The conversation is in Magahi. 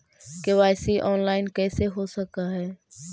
के.वाई.सी ऑनलाइन कैसे हो सक है?